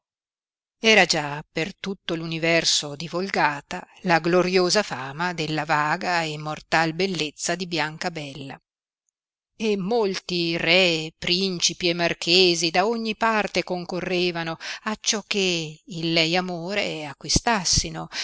era già per tutto universo divolgata la gloriosa fama della vaga e immortai bellezza di biancabella e molti re prencipi e marchesi da ogni parte concorrevano acciò che il lei amore acquistassino